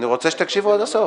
אני רוצה שתקשיבו עד הסוף.